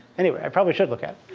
anyway, i probably should look at